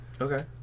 Okay